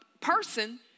person